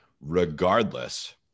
regardless